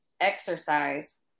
exercise